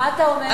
מה אתה אומר?